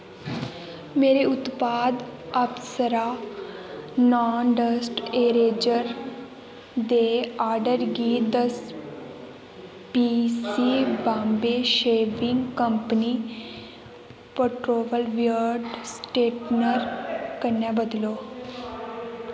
मेरे उत्पाद Apsara non dust eraser दे आर्डर गी दस pc Bombay shaving company portable beard straightener कन्नै बदलो